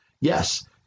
Yes